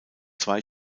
zwei